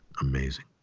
Amazing